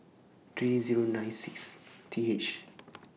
three Zero nine six T H